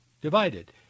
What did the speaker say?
divided